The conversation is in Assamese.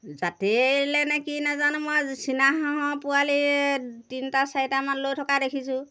জাতেই এৰিলে নে কি নাজানো মই চীনাহাঁহৰ পোৱালি তিনিটা চাৰিটামান লৈ থকা দেখিছোঁ